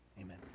Amen